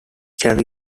cherry